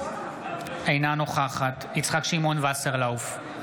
אינה נוכחת יצחק שמעון וסרלאוף,